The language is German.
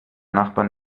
nachbarn